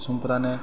समफोरानो